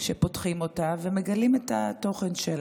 שפותחים אותה ומגלים את התוכן שלה.